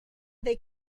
they